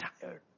tired